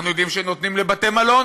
אנחנו יודעים שנותנים לבתי-מלון